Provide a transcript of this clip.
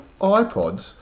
iPods